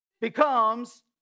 Becomes